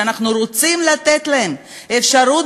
שאנחנו רוצים לתת להם אפשרות